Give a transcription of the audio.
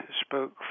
spoke